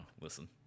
listen